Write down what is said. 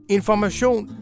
Information